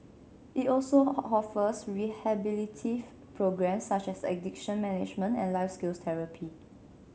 it also offers rehabilitative programmes such as addiction management and life skills therapy